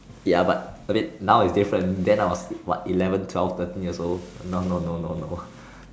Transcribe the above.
ya but a bit now is different then I was what eleven twelve thirteen years old no no no no no